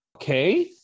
Okay